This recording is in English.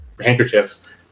handkerchiefs